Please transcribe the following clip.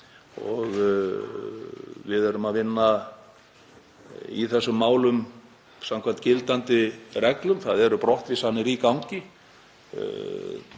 Við erum að vinna í þessum málum samkvæmt gildandi reglum. Það eru brottvísanir í gangi.